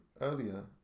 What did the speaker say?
earlier